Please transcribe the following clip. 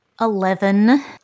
Eleven